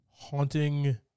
Haunting